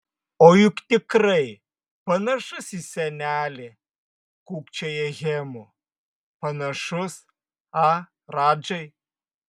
o juk tikrai panašus į senelį kūkčioja hemu panašus a radžai